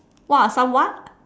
what are some what